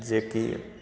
जेकि